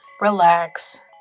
relax